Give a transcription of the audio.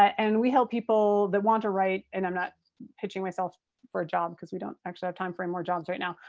and we help people that want to write, and i'm not pitching myself for a job because we don't actually have time for any more jobs right now,